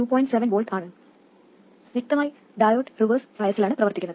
7 V ആണ് വ്യക്തമായി diode reverse ബയാസിലാണ് പ്രവർത്തിക്കുന്നത്